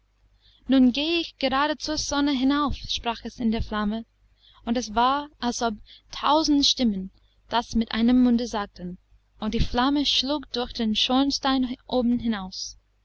nun gehe ich gerade zur sonne hinauf sprach es in der flamme und es war als ob tausend stimmen das mit einem munde sagten und die flamme schlug durch den schornstein oben hinaus